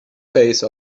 phase